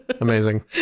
Amazing